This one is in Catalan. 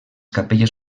capelles